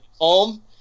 Home